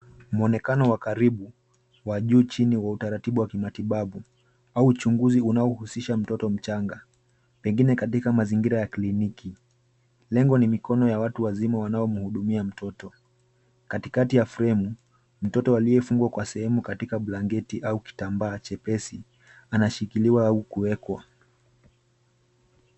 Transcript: Mwonekano wa karibu wa juu chini wa utaratibu wa kimatibabu au uchunguzi unaohusisha mtoto mchanga, pengine katika mazingira ya kliniki. Lengo ni mikono ya watu wazima wanaomhudumia mtoto. Katikati ya fremu, mtoto aliyefungwa kwa sehemu katika blanketi au kitambaa chepesi, anashikiliwa au kuwekwa.